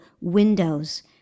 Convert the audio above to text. windows